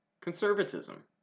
conservatism